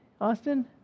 Austin